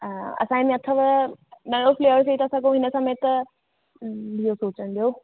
असांजे में अथव नवो फ़्लेवर थी तो सधे हिन समय त बिहो सोचण ॾियो